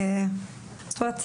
זאת אומרת,